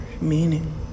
meaning